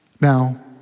Now